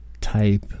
type